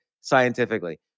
scientifically